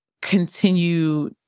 continue